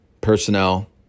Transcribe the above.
Personnel